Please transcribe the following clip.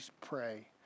pray